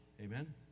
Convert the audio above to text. Amen